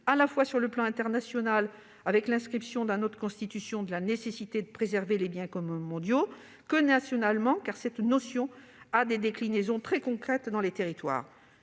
à la fois sur le plan international par l'inscription, dans notre Constitution, de la nécessité de préserver les biens communs mondiaux, que nationalement, cette notion ayant des déclinaisons très concrètes dans les territoires.